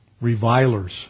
Revilers